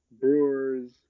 Brewers